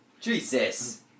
Jesus